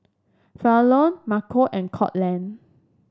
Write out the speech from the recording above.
Falon Marco and Courtland